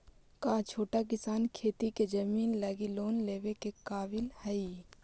का छोटा किसान खेती के जमीन लगी लोन लेवे के काबिल हई?